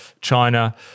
China